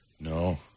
No